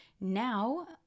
Now